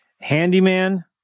Handyman